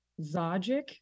Zajic